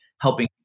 helping